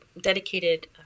dedicated